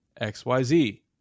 XYZ